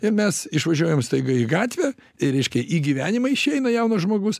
ir mes išvažiuojam staiga į gatvę ir reiškia į gyvenimą išeina jaunas žmogus